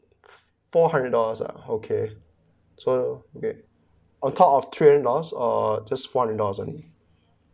four hundred dollars uh okay so abit on top of three hundred dollars or just one hundred dollars only